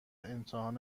امتحان